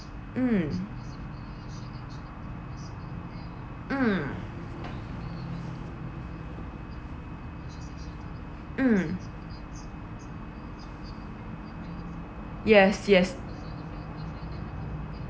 mm mm mm yes yes